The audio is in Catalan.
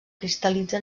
cristal·litza